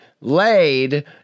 laid